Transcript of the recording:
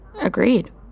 Agreed